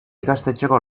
ikastetxeko